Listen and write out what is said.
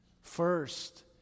first